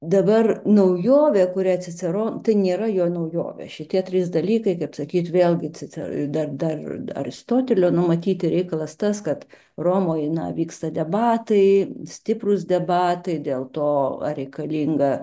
dabar naujovė kuria cicero tai nėra jo naujovė šitie trys dalykai kaip sakyt vėlgi cicero dar dar aristotelio numatyti reikalas tas kad romoj vyksta debatai stiprūs debatai dėl to ar reikalinga